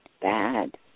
Bad